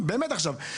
משועמם?